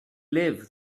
live